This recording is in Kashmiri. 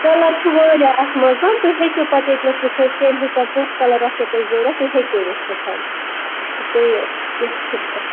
کَلَر چھُ واریاہ اَتھ منٛز تُہۍ ہیٚکِو پَتہٕ ییٚتنَس وُچھِتھ کَمہِ حِسابہٕ کُس کَلَر آسوٕ تۄہہِ ضروٗرت تُہۍ ہیٚکِو وُچھِتھ تُہۍ کیٚنٛہہ چھُنہٕ پَتہٕ